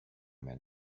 man